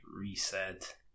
reset